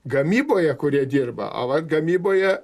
gamyboje kurie dirba a va gamyboje